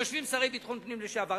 יושבים שרים לביטחון פנים לשעבר.